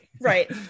right